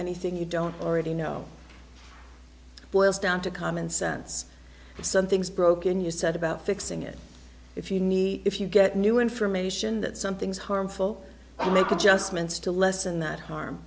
anything you don't already know boils down to common sense something's broken you said about fixing it if you need if you get new information that something's harmful and make adjustments to lessen that harm